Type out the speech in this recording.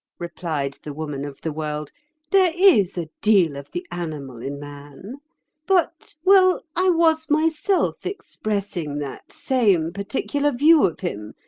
replied the woman of the world there is a deal of the animal in man but well, i was myself expressing that same particular view of him,